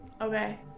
Okay